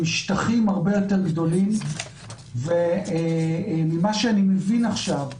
ממשטחים הרבה יותר גדולים וממה שאני מבין עכשיו,